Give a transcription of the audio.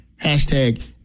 hashtag